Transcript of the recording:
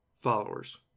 followers